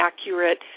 accurate